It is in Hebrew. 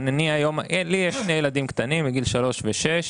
אם לי יש שני ילדים קטנים, בגילאים שלוש ושש,